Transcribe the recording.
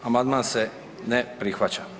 Amandman se ne prihvaća.